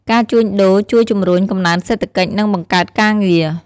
ការជួញដូរជួយជំរុញ កំណើនសេដ្ឋកិច្ច និងបង្កើតការងារ។